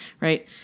right